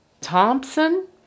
Thompson